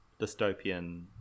dystopian